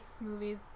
movies